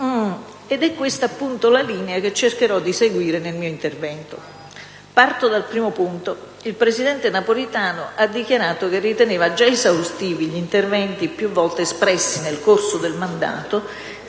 Ed è questa la linea che cercherò di seguire nel mio intervento. Parto dal primo punto: il presidente Napolitano ha dichiarato che riteneva già esaustivi gli interventi più volte espressi nel corso del mandato